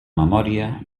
memòria